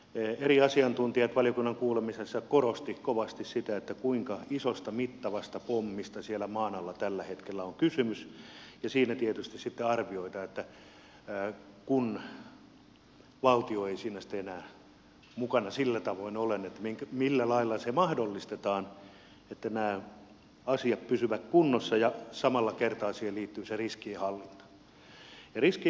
eri asiantuntijat valiokunnan kuulemisessa korostivat kovasti sitä kuinka isosta mittavasta pommista siellä maan alla tällä hetkellä on kysymys ja siinä tietysti sitten arvioidaan kun valtio ei siinä sitten enää mukana sillä tavoin ole millä lailla se mahdollistetaan että nämä asiat pysyvät kunnossa ja samalla kertaa siihen liittyy se riskienhallinta